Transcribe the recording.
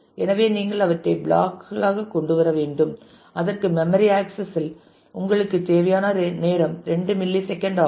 எனவே நீங்கள் அவற்றை பிளாக் களாக கொண்டு வர வேண்டும் அதற்கு மெம்மரி ஆக்சஸ் லில் உங்களுக்கு தேவையான நேரம் 2 மில்லி செக்கண்டு ஆகும்